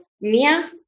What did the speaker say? mia